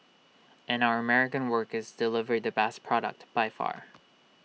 and our American workers deliver the best product by far